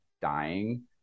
dying